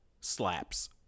slaps